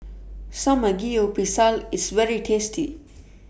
Samgeyopsal IS very tasty